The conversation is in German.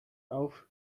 auf